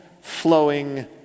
flowing